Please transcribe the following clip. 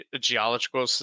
geological